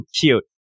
cute